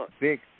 big